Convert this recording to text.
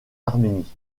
arménie